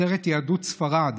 עטרת יהדות ספרד,